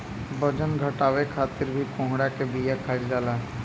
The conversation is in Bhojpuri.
बजन घटावे खातिर भी कोहड़ा के बिया खाईल जाला